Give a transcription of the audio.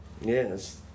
Yes